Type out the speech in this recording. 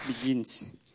begins